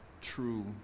true